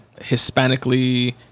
hispanically